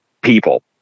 people